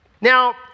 Now